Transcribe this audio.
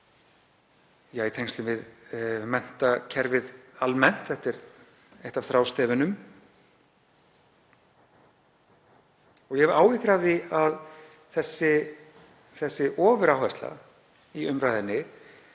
og í tengslum við menntakerfið almennt; þetta er eitt af þrástefjunum og ég hef áhyggjur af því að þessi ofuráhersla í umræðunni